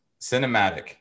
cinematic